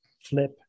flip